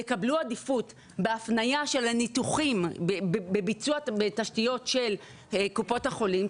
יקבלו עדיפות בהפניה של הניתוחים בביצוע בתשתיות של קופות החולים,